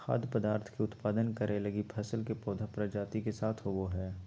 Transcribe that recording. खाद्य पदार्थ के उत्पादन करैय लगी फसल के पौधा प्रजाति के साथ होबो हइ